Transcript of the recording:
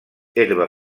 herba